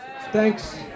Thanks